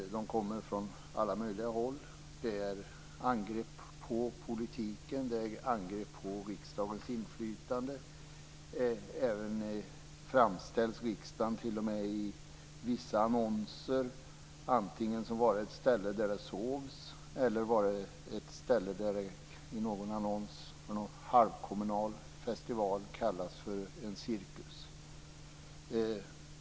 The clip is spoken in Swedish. De kommer från alla möjliga håll. Det är angrepp på politiken och på riksdagens inflytande. Riksdagen framställs t.o.m. i vissa annonser som antingen ett ställe där det sovs eller ett ställe som - i en annons för någon halvkommunal festival - kallas för en cirkus.